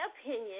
opinion